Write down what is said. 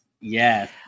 yes